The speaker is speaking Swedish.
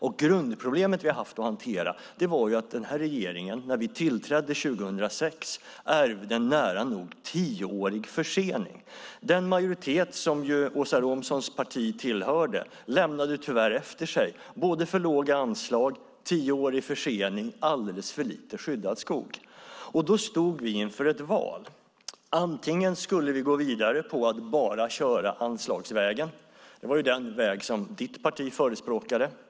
Det grundproblem som vi haft att hantera är att den här regeringen år 2006 när regeringen tillträdde ärvde en försening om nära nog tio år. Den majoritet som Åsa Romsons parti tillhörde lämnade tyvärr efter sig för låga anslag, en tioårig försening och alldeles för lite skyddad skog. Vi stod inför ett val. Vi kunde gå vidare med bara anslagsvägen - den väg som ditt parti förespråkade, Åsa Romson.